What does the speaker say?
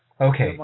okay